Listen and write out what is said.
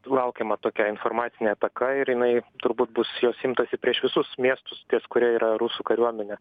laukiama tokia informacinė ataka ir jinai turbūt bus jos imtasi prieš visus miestus ties kuria yra rusų kariuomenė